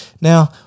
Now